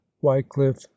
wycliffe